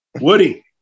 woody